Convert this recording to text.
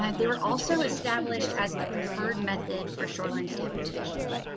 and they were also established as the preferred method for shoreline stabilization.